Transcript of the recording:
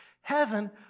Heaven